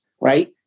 right